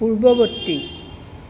পূৰ্ৱবৰ্তী